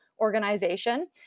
organization